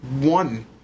one